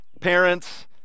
parents